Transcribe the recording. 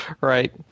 Right